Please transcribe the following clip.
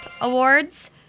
awards